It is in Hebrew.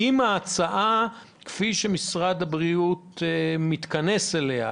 לגבי ההצעה שמשרד הבריאות מתכנס אליה,